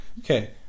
Okay